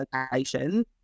location